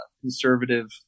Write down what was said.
conservative